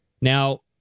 now